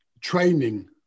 training